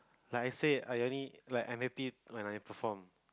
like I said I only like I'm happy when I perform